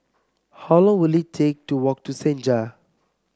how long will it take to walk to Senja